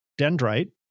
dendrite